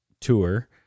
tour